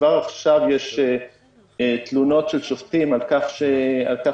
כבר עכשיו יש תלונות של שופטים על כך שלפעמים